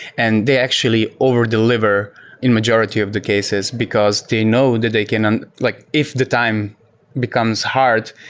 and they actually over-deliver in majority of the cases, because they know that they can and like if the time becomes hard,